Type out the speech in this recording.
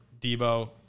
Debo